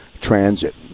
transit